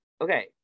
Okay